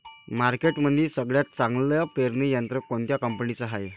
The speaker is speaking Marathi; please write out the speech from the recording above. मार्केटमंदी सगळ्यात चांगलं पेरणी यंत्र कोनत्या कंपनीचं हाये?